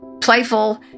playful